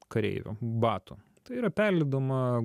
kareivių batų tai yra perlydoma